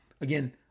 again